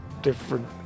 different